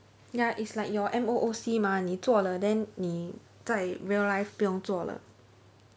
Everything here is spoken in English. ya it's like your M_O_O_C mah 你做了 then 你在 real life 不用做了